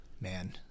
Man